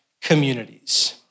communities